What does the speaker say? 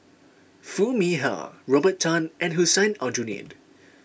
Foo Mee Har Robert Tan and Hussein Aljunied